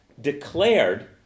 declared